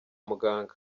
muganga